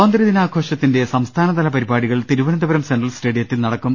സ്വാതന്ത്ര്യദിനാഘോഷത്തിന്റെ സംസ്ഥാനതല പരിപാടി കൾ തിരുവനന്തപുരം സെൻട്രൽ സ്റ്റേഡിയത്തിൽ നടക്കും